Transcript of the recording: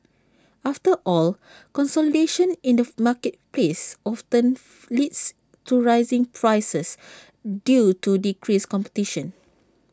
after all consolidation in the marketplace often leads to rising prices due to decreased competition